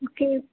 okay